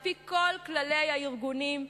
על-פי כל כללי הארגונים,